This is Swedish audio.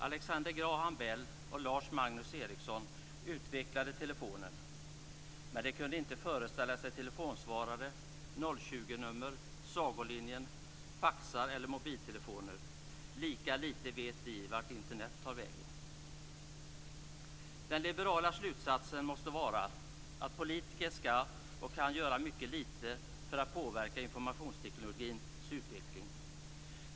Alexander Graham Bell och Lars Magnus Ericsson utvecklade telefonen. Men de kunde inte föreställa sig telefonsvarare, 020-nummer, Sagolinjen, faxar eller mobiltelefoner. Lika lite vet vi vart Internet tar vägen. Den liberala slutsatsen måste vara att politiker skall och kan göra mycket lite för att påverka informationsteknikens utveckling.